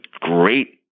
great